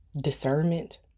discernment